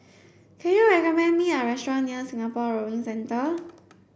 can you recommend me a restaurant near Singapore Rowing Centre